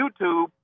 YouTube